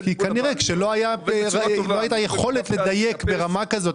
כי כנראה לא הייתה יכולת לדייק ברמה כזאת,